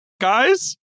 guys